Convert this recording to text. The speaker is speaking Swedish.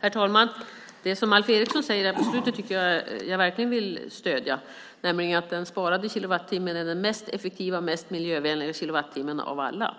Herr talman! Det som Alf Eriksson sade på slutet vill jag verkligen stödja. Den sparade kilowattimmen är den effektivaste och mest miljövänliga kilowattimmen av alla.